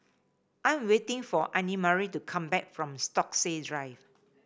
I am waiting for Annemarie to come back from Stokesay Drive